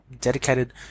dedicated